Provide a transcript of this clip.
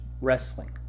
Wrestling